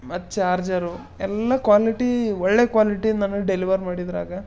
ಮತ್ತು ಚಾರ್ಜರು ಎಲ್ಲ ಕ್ವಾಲಿಟಿ ಒಳ್ಳೆ ಕ್ವಾಲಿಟಿ ನನಗೆ ಡೆಲಿವರ್ ಮಾಡಿದ್ರಾಗ